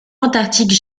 antarctique